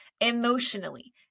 emotionally